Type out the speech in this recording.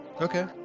Okay